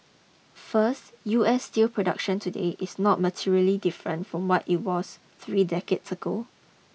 first U S steel production today is not materially different from what it was three decades ago